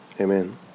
Amen